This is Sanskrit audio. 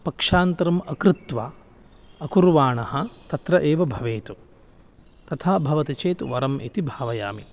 पक्षान्तरम् अकृत्वा अकुर्वाणः तत्र एव भवेत् तथा भवति चेत् वरम् इति भावयामि